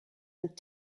and